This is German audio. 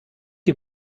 die